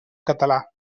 català